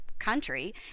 country